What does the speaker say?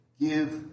give